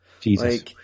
jesus